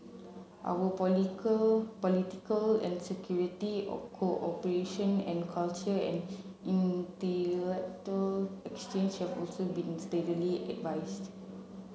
our political and security cooperation and cultural and intellectual exchange have also been steadily advanced